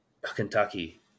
Kentucky